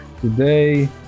Today